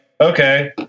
okay